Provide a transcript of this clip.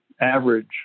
average